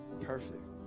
perfect